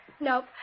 Nope